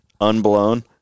unblown